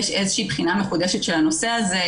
יש איזו שהיא בחינה מחודשת של הנושא הזה,